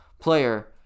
player